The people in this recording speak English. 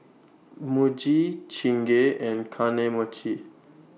Muji Chingay and Kane Mochi